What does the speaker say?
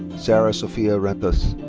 sara-sofia rentas.